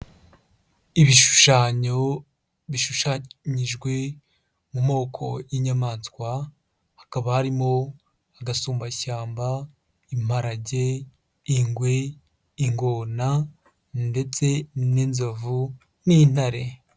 Ibishushanyo bishushanyijwe mu moko y'inyamaswa hakaba harimo agasumbashyamba ,imparage, ingwe, ingona ndetse n'inzovu n'intare.